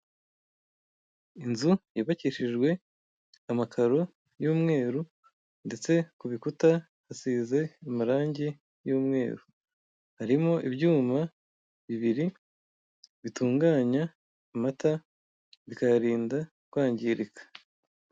Inzu yubakishijwe amakaro y'umweru ndetse ku bikuta hasize amarangi y'umweru, harimo ibyuma bibiri bitunganya amata bikayarinda kwangirika.